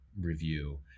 review